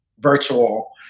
virtual